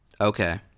Okay